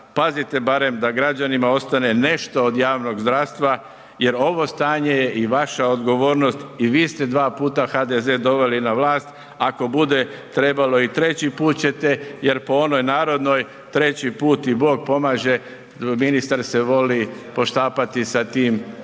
pazite barem da građanima ostane nešto od javnog zdravstva jer ovo stanje je i vaša odgovornost i vi ste dva puta HDZ doveli na vlast, ako bude trebalo i treći put ćete jer po onoj narodnoj, treći put i Bog pomaže, ministar se voli poštapati sa tim